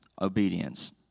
obedience